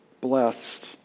blessed